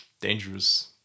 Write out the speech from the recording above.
dangerous